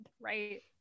Right